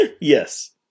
Yes